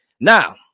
Now